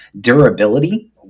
durability